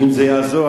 אם זה יעזור.